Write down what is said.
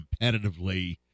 competitively